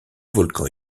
volcan